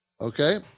Okay